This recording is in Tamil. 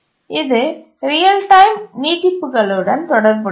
இது ரியல் டைம் நீட்டிப்புகளுடன் தொடர்புடையது